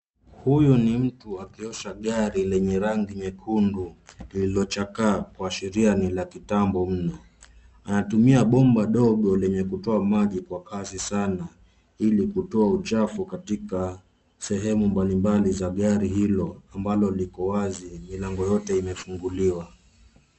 Huyu mtu akiosha gari lenye rangi nyekundu lililochakaa kuashiria ni la kitambo mno, anatumia bomba dogo lenye kutoa maji kwa kasi sana ili kutoa uchafu katika sehemu mbalimbali za gari hilo ambalo liko wazi, milango yote imefunguliwa.